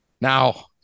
Now